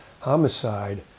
homicide